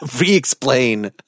re-explain